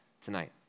tonight